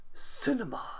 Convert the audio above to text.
Cinema